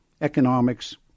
economics